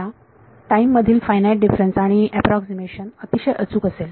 ला टाइमtime मधील फायनाईट डिफरन्स आणि अॅप्रॉक्सीमेशन अतिशय अचूक असेल